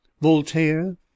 voltaire